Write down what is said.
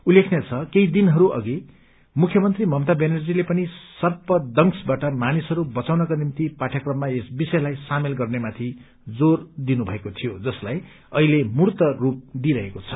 उल्लेखनीय छ केही दिनहरू अघि मुख्यमन्त्री ममता ब्यानर्जीले पनि सर्पदंशबाट मानिसहरू बचाउनका निम्ति पाठ्यक्रममा यस विषयलाई सामेल गर्नेमाथि जोर दिनुभएको थियो जसलाई अहिले मूर्त रूप दिइरहेको छ